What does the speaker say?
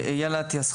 אייל אטיאס,